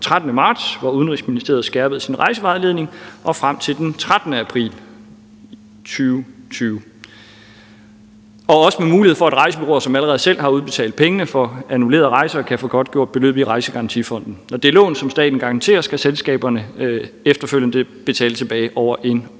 13. marts, hvor Udenrigsministeriet skærpede sin rejsevejledning, og frem til den 13. april 2020. Og det er også med mulighed for, at rejsebureauer, som allerede selv har udbetalt pengene for annullerede rejser, kan få godtgjort beløbet i Rejsegarantifonden. Det lån, som staten garanterer, skal selskaberne efterfølgende betale tilbage over en årrække.